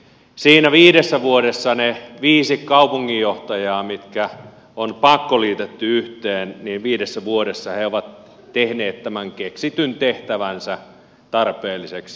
siinä viidessä vuodessa ne viisi kaupunginjohtajaa joiden kaupungit on pakkoliitetty yhteen ovat tehneet tämän keksityn tehtävänsä tarpeelliseksi